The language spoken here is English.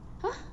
!huh!